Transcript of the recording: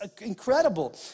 incredible